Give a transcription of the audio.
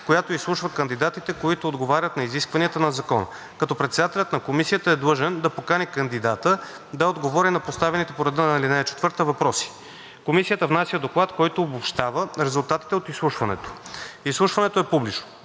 която изслушва кандидатите, които отговарят на изискванията на закона, като председателят на комисията е длъжен да покани кандидата да отговори на поставените по реда на ал. 4 въпроси. Комисията внася доклад, който обобщава резултатите от изслушването. Изслушването е публично.